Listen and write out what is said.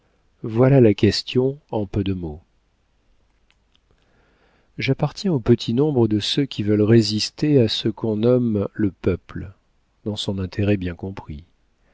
voilà la question en peu de mots j'appartiens au petit nombre de ceux qui veulent résister à ce qu'on nomme le peuple dans son intérêt bien compris